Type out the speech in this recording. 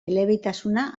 elebitasuna